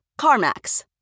Carmax